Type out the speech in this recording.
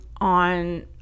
on